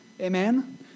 Amen